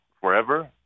forever